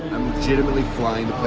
legitimately flying